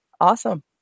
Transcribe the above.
awesome